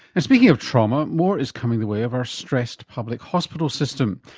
and speaking of trauma, more is coming the way of our stressed public hospital system.